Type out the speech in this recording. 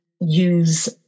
use